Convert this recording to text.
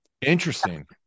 Interesting